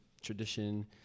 tradition